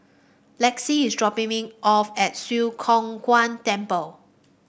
Lexi is dropping me off at Swee Kow Kuan Temple